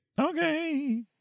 Okay